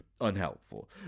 unhelpful